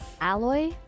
Alloy